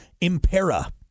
Impera